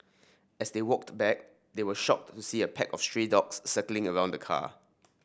as they walked back they were shocked to see a pack of stray dogs circling around the car